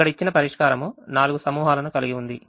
ఇక్కడ ఇచ్చిన పరిష్కారం 4 సమూహాలను కలిగి ఉంది